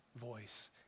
voice